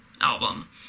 album